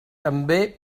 també